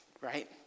right